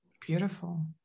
Beautiful